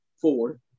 four